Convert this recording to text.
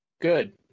Good